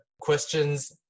questions